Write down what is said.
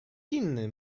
inny